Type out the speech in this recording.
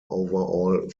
overall